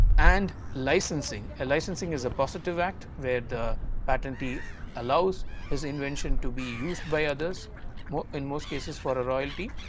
and licensing a licensing is a positive act where the patentee allows his invention to be used by others in most cases for a royalty